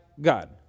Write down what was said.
God